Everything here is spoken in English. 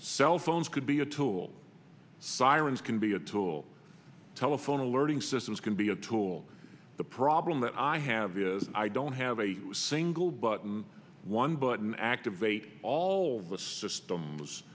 cell phones could be a tool sirens can be a tool telephone alerting systems can be a tool the problem that i have is i don't have a single button one button activate all the system